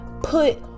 put